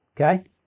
okay